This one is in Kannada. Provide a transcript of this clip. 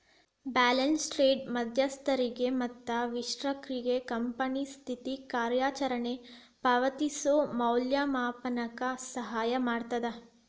ಬ್ಯಾಲೆನ್ಸ್ ಶೇಟ್ದ್ ಮಧ್ಯಸ್ಥಗಾರಿಗೆ ಮತ್ತ ವಿಶ್ಲೇಷಕ್ರಿಗೆ ಕಂಪನಿ ಸ್ಥಿತಿ ಕಾರ್ಯಚರಣೆ ಪಾವತಿಸೋ ಮೌಲ್ಯಮಾಪನಕ್ಕ ಸಹಾಯ ಮಾಡ್ತದ